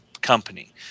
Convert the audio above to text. company